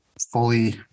fully